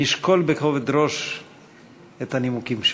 נשקול בכובד ראש את הנימוקים שלך.